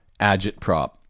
agitprop